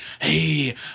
Hey